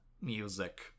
music